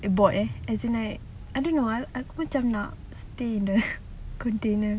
bought eh as in like I don't know lah aku macam nak stay in the container